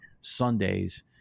sundays